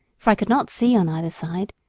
for i could not see on either side,